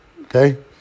Okay